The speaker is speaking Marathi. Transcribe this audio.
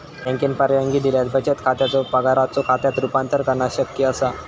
बँकेन परवानगी दिल्यास बचत खात्याचो पगाराच्यो खात्यात रूपांतर करणा शक्य असा